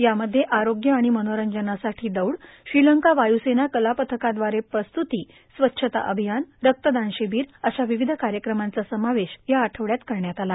यामध्ये आरोग्य आणि मनोरंजनासाठी दौड श्रीलंका वायुसेना कलापथकाद्वारे प्रस्तुती स्वच्छता अभियान रक्तदान शिबीर अशा विविध कार्यक्रमांचा समावेश या आठवड्यात करण्यात आला